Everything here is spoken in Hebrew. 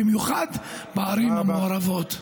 במיוחד בערים המעורבות.